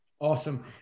Awesome